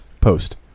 Post